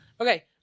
Okay